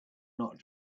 not